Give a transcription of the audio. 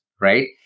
right